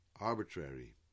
arbitrary